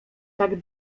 tak